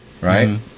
right